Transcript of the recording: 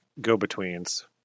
go-betweens